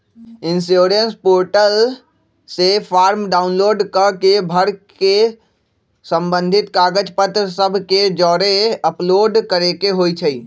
insurance portal से form download कऽ के भर के संबंधित कागज पत्र सभ के जौरे अपलोड करेके होइ छइ